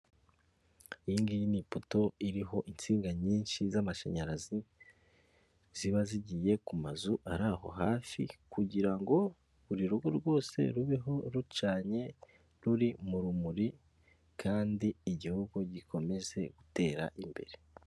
Iyi ngiyi ni poto iriho insinga nyinshi z'amashanyarazi, ziba zigiye ku mazu ari aho hafi kugira ngo buri rugo rwose rubeho rucanye ruri mu rumuri kandi igihugu gikomeze gutera imbere.